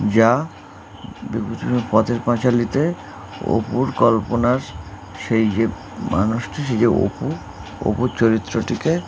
যা বিভূতিভূষণের পথের পাঁচালিতে অপুর কল্পনার সেই যে মানুষটি সে যে অপু অপু চরিত্রটিকে